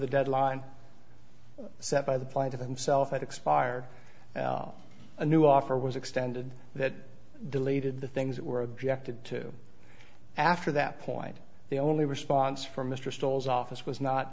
the deadline set by the plight of himself had expired a new offer was extended that deleted the things that were objected to after that point the only response from mr stolz office was not